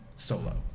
solo